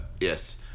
yes